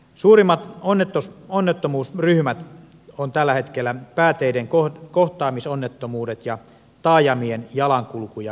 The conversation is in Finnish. suurimmat onnettomuusryhmät ovat tällä hetkellä pääteiden kohtaamisonnettomuudet ja taajamien jalankulku ja pyöräilyonnettomuudet